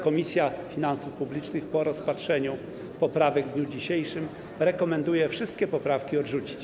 Komisja Finansów Publicznych po rozpatrzeniu poprawek w dniu dzisiejszym rekomenduje wszystkie poprawki odrzucić.